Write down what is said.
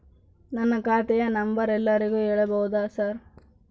ನನ್ನ ಖಾತೆಯ ನಂಬರ್ ಎಲ್ಲರಿಗೂ ಹೇಳಬಹುದಾ ಸರ್?